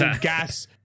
gas